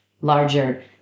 Larger